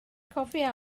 cofia